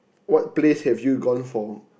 what place have you gone for